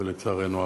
ולצערנו הרב.